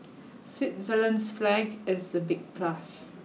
Switzerland's flag is a big plus